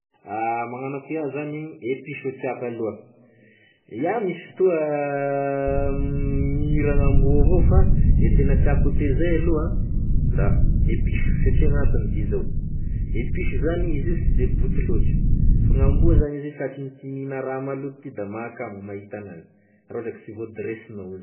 Magnano akoa iaho zany e piso e tiàko aloha, iaho misy fotoa mihiragn'amboa avao fa e tena tiàko ho tezay aloha da e piso, satria gn'antogny dia zao i piso zany izy io sy de boto loatry fa gn'amboa zany izy io tratragn'ity mihigna raha maloto ty da mahakamo mahita an'azy re ohatry ka sy voadresignao izy.